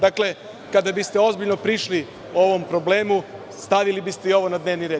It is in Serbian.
Dakle, kada biste ozbiljno prišli ovom problemu, stavili biste i ovo na dnevni red.